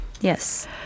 yes